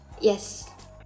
Yes